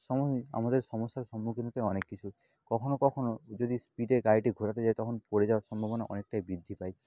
সময় আমাদের সমস্যার সম্মুখীন হতে হয় অনেক কিছু কখনও কখনও যদি স্পিডে গাড়িটি ঘোরাতে যাই তখন পড়ে যাওয়ার সম্ভাবনা অনেকটাই বৃদ্ধি পায়